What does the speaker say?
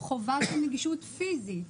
חובה של נגישות פיזית.